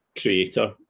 creator